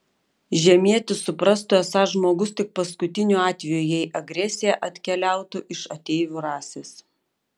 žemietis suprastų esąs žmogus tik paskutiniu atveju jei agresija atkeliautų iš ateivių rasės